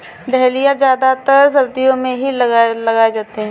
dahlia ज्यादातर सर्दियो मे ही लगाये जाते है